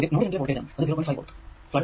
ചോദ്യം നോഡ് രണ്ടിലെ വോൾടേജ് ആണ് അത് 0